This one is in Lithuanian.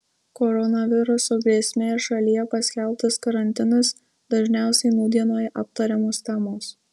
koronaviruso grėsmė ir šalyje paskelbtas karantinas dažniausiai nūdienoje aptariamos temos